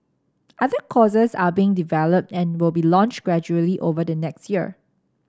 other courses are being developed and will be launched gradually over the next year